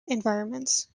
environments